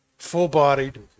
full-bodied